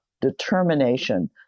determination